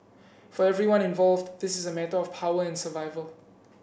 for everyone involved this is a matter of power and survival